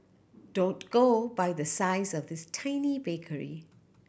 don't go by the size of this tiny bakery